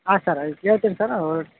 ಹಾಂ ಸರ್ ಅವ್ರಿಗೆ ಕೇಳ್ತಿನಿ ಸರ್ ಅವ್ರ